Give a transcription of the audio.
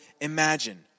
imagine